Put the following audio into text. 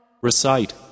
Recite